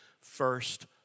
first